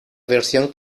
versión